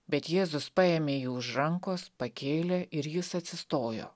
bet jėzus paėmė jį už rankos pakėlė ir jis atsistojo